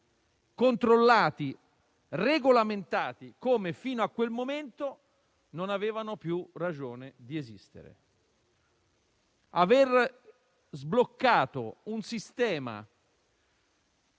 controllati e regolamentati fino a quel momento, non avevano più ragione di esistere. Aver sbloccato un sistema,